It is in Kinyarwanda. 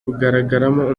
kugaragaramo